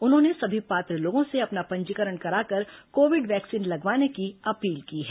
उन्होंने सभी पात्र लोगों से अपना पंजीकरण कराकर कोविड वैक्सीन लगवाने की अपील की है